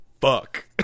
fuck